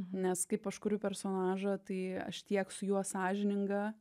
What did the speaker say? nes kaip aš kuriu personažą tai aš tiek su juo sąžininga